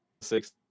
six